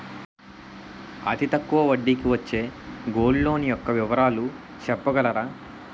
అతి తక్కువ వడ్డీ కి వచ్చే గోల్డ్ లోన్ యెక్క వివరాలు చెప్పగలరా?